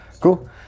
Cool